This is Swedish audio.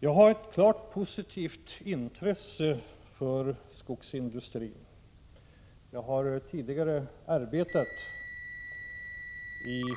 Jag har ett klart positivt intresse för skogsindustrin. Jag har själv tidigare arbetat inom